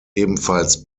ebenfalls